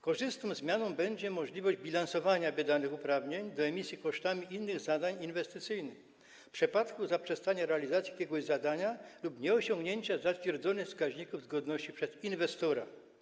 Korzystną zmianą będzie możliwość bilansowania wydanych uprawnień do emisji kosztami innych zadań inwestycyjnych w przypadku zaprzestania realizacji jakiegoś zadania lub nieosiągnięcia zatwierdzonych wskaźników zgodności przez inwestora.